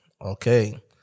Okay